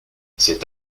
cet